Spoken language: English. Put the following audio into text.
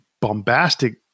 bombastic